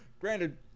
Granted